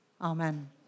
Amen